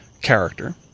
character